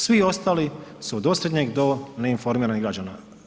Svi ostali su od osrednjeg do neinformiranih građana.